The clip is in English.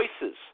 choices